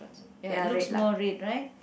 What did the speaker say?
ya looks more red right